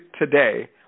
today